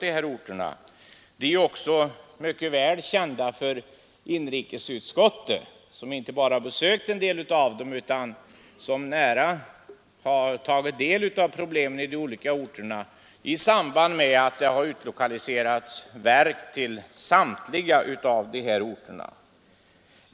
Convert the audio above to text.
Inrikesutskottet känner också mycket väl till dem — vi har inte bara besökt en del av dem utan också tagit nära del av problemen i orterna i samband med att verk har utlokaliserats till samtliga nämnda orter.